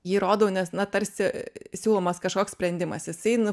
jį rodau nes na tarsi siūlomas kažkoks sprendimas jisai nu